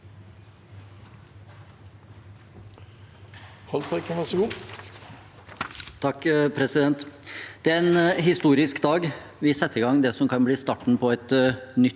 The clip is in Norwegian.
Det er en histo- risk dag. Vi setter i gang det som kan bli starten på et nytt